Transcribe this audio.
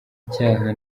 icyaha